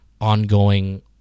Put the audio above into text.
ongoing